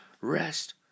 Rest